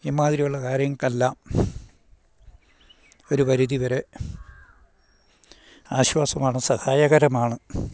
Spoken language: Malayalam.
ഇമ്മാതിരിയുള്ള കാര്യങ്ങൾക്കെല്ലാം ഒരു പരിധി വരെ ആശ്വാസമാണ് സഹായകരമാണ്